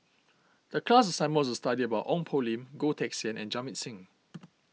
the class assignment was to study about Ong Poh Lim Goh Teck Sian and Jamit Singh